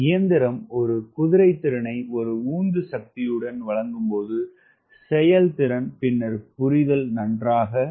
இயந்திரம் ஒரு குதிரைத்திறனை ஒரு உந்துசக்தியுடன் வழங்கும் போது செயல்திறன் பின்னர் புரிதல் நன்றாக உள்ளது